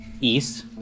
east